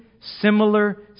similar